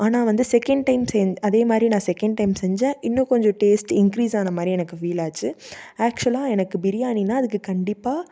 ஆனால் வந்து second time சென் அதே மாதிரி நான் செகண்ட் டைம் செஞ்சேன் இன்னும் கொஞ்சம் டேஸ்ட் இன்க்ரீஸ் ஆன மாதிரி எனக்கு ஃபீல் ஆச்சு ஆக்சுவலாக எனக்கு பிரியாணினால் அதுக்கு கண்டிப்பாக